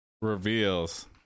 reveals